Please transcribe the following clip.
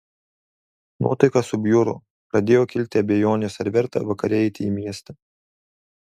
nuotaika subjuro pradėjo kilti abejonės ar verta vakare eiti į miestą